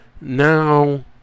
Now